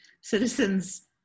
Citizens